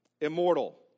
immortal